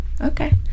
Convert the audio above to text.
Okay